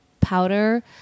powder